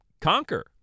conquer